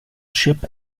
ship